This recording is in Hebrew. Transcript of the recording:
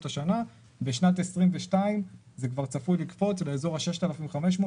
בשנת 2022 זה כבר צפוי לקפוץ לאזור ה-6,500,